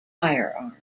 firearms